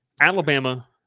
Alabama